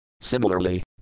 Similarly